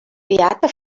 beata